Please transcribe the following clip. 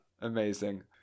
Amazing